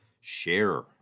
share